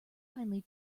finely